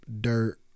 dirt